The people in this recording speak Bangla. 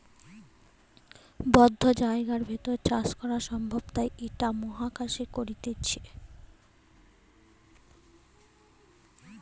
বদ্ধ জায়গার ভেতর চাষ করা সম্ভব তাই ইটা মহাকাশে করতিছে